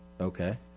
Okay